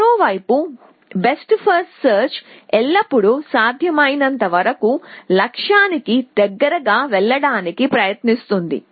మరోవైపు best first search ఎల్లప్పుడూ సాధ్యమైనంత వరకు లక్ష్యానికి దగ్గరగా వెళ్ళడానికి ప్రయత్నిస్తుంది